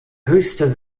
höchste